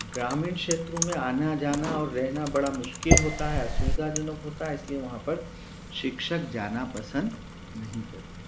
ग्रामीण क्षेत्रों में आना जाना और रहना बड़ा मुश्किल होता है असुविधाजनक होता है इसलिए वहाँ पर शिक्षक जाना पसन्द नहीं करते